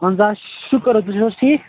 اَہَن آ شُکُر حظ تُہۍ چھِو حظ ٹھیٖک